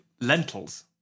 lentils